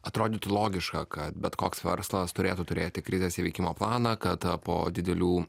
atrodytų logiška kad bet koks verslas turėtų turėti krizės įveikimo planą kad po didelių